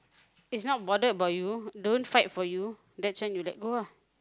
is not bothered about you don't fight for you that's when you let go ah